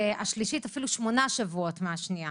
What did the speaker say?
והשלישית אפילו שמונה שבועות מהשנייה.